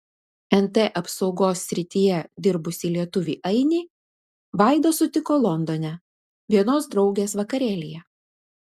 nt apsaugos srityje dirbusį lietuvį ainį vaida sutiko londone vienos draugės vakarėlyje